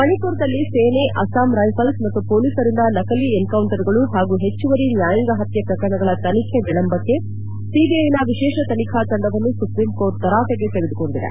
ಮಣಿಮರದಲ್ಲಿ ಸೇನೆ ಅಸ್ಲಾಂ ರೈಫಲ್ಸ್ ಮತ್ತು ಮೊಲೀಸರಿಂದ ನಕಲಿ ಎನ್ಕೌಂಟರ್ಗಳು ಪಾಗೂ ಪೆಚ್ಚುವರಿ ನ್ಯಾಯಾಂಗ ಪತ್ತೆ ಪ್ರಕರಣಗಳ ತನಿಖೆ ವಿಳಂಬಕ್ಕೆ ಸಿಬಿಐನ ವಿಶೇಷ ತನಿಖಾ ತಂಡವನ್ನು ಸುಪ್ರೀಂಕೋರ್ಟ್ ತರಾಟೆಗೆ ತೆಗೆದುಕೊಂಡಿದೆ